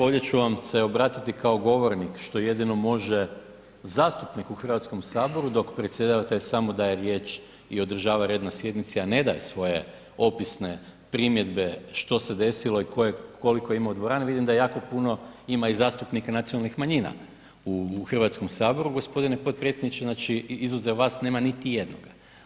Ovdje ću vam se obratiti kao govornik što jedino može zastupnik u Hrvatskom saboru dok predsjedavatelj samo daje riječ i održava red na sjednici a ne daje svoje opisne primjedbe što se desilo i koliko ima u dvorani, vidim da jako puno ima i zastupnika nacionalnih manjina u Hrvatskom saboru, gospodine potpredsjedniče znači izuzev vas nema niti jednoga.